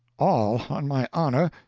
all on my honor.